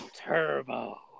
Turbo